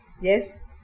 Yes